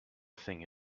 thing